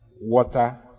water